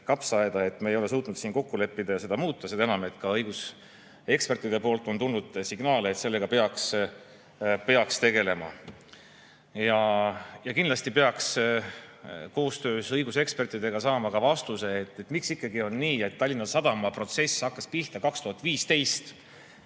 kapsaaeda, et me ei ole suutnud kokku leppida ja seda muuta, seda enam, et ka õigusekspertidelt on tulnud signaale, et sellega peaks tegelema. Ja kindlasti peaks koostöös õigusekspertidega saama ka vastuse, miks ikkagi on nii, et [kuigi] Tallinna Sadama protsess hakkas pihta 2015